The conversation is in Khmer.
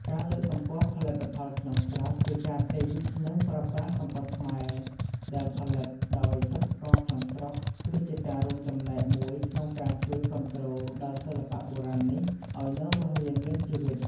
ការលើកកម្ពស់ផលិតផលក្នុងស្រុក ជាការទិញ និងប្រើប្រាស់សំពត់ខ្មែរដែលផលិតដោយសិប្បករក្នុងស្រុក គឺជាការរួមចំណែកមួយក្នុងការជួយគាំទ្រដល់សិល្បៈបុរាណនេះឲ្យនៅរស់រានមានជីវិត។